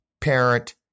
parent